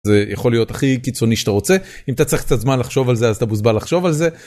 זה יכול להיות הכי קיצוני שאתה רוצה אם אתה צריך קצת זמן לחשוב על זה אז אתה מוזמן לחשוב על זה.